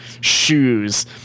shoes